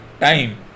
time